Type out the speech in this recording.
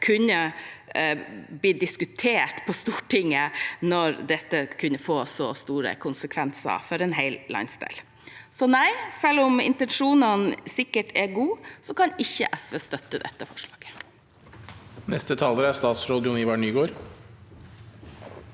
ble diskutert på Stortinget når det kan få så store konsekvenser for en hel landsdel. Så nei, selv om intensjonene sikkert er gode, kan ikke SV støtte dette forslaget.